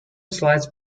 slides